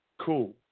Cool